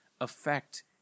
affect